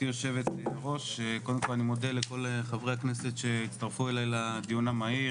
יושבת הראש קודם כל אני מודה לכל חברי הכנסת שהצטרפו אלי לדיון המהיר,